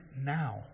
now